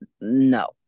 No